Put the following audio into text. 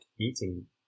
eating